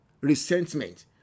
Resentment